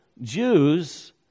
Jews